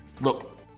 look